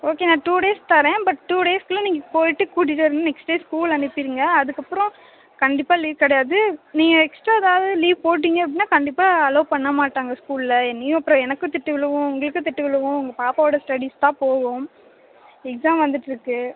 okay நான் two days தரேன் but two days குள்ளே நீங்கள் போயிவிட்டு கூட்டிகிட்டு வரணும் நெக்ஸ்ட் டே ஸ்கூல் அனுப்பிருங்க அதுக்கு அப்புறம் கண்டிப்பாக லீவ் கிடையாது நீங்கள் எக்ஸ்ட்ரா எதாவது லீவ் போடீங்கன்னா கண்டிப்பாக அலோவ் பண்ண மாட்டாங்க ஸ்கூலில் என்னையும் அப்புறம் எனக்கும் திட்டு விழுவும் உங்களுக்கும் திட்டு விழுவும் உங்கள் பாப்பா ஓட ஸ்டடிஸ் தான் போகவும் எக்ஸாம் வந்துவிட்டு இருக்கு